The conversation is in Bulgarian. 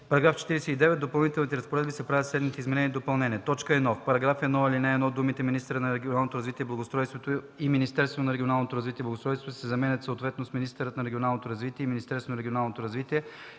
§ 49: „§ 49. В Допълнителните разпоредби се правят следните изменения и допълнения: 1. В § 1, ал. 1 думите „Министърът на регионалното развитие и благоустройството” и „Министерството на регионалното развитие и благоустройството” се заменят съответно с „Министърът на регионалното развитие” и „Министерството на регионалното развитие”,